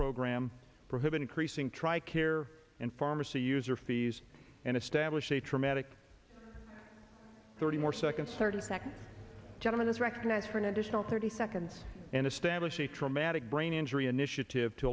program prohibit increasing tri care and pharmacy user fees and establish a traumatic thirty more seconds thirty seconds gentlemen this recognize for an additional thirty seconds and establish a traumatic brain injury initiative to